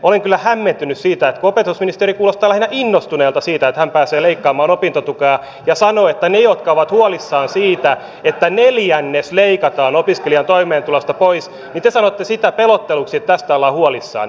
olen kyllä hämmentynyt siitä että opetusministeri kuulostaa lähinnä innostuneelta siitä että hän pääsee leikkaamaan opintotukea ja niille jotka ovat huolissaan siitä että neljännes leikataan opiskelijan toimeentulosta pois te sanotte sitä pelotteluksi että tästä ollaan huolissaan